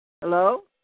Hello